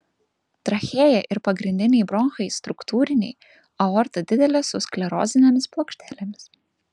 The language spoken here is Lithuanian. trachėja ir pagrindiniai bronchai struktūriniai aorta didelė su sklerozinėmis plokštelėmis